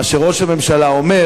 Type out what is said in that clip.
מה שראש הממשלה אומר,